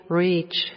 reach